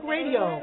Radio